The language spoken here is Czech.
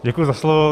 Děkuji za slovo.